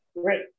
great